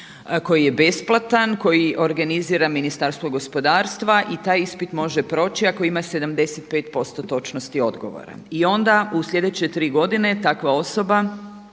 koji je besplatna, koji organizira Ministarstvo gospodarstva i taj ispit može proći ako ima 75% točnosti odgovora. I onda u sljedeće tri godine takva osoba